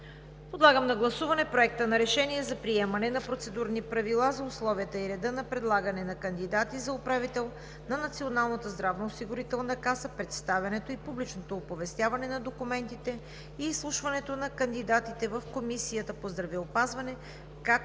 Подлагам на гласуване Проекта на решение за приемане на процедурни правила за условията и реда за предлагане на кандидати за управител на Националната здравноосигурителна каса, представянето и публичното оповестяване на документите и изслушването на кандидатите в Комисията по здравеопазването, както